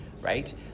right